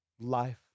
life